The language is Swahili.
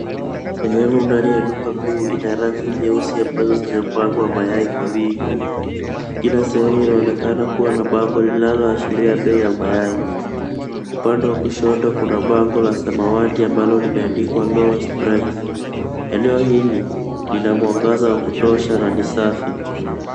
Sehemu ndani ya duka kuu ina rafu nyeusi ambayo zimepangwa mayai kwa wingi. Kila sehemu inaonekana kuwa na bango linaloashiria bei ya mayai. Upande wa kushoto kuna bango la samawati ambalo limeandikwa lowest price . Eneo hili, lina mwangaza wa kutosha na ni safi.